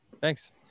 Thanks